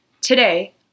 Today